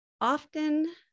Often